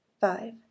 five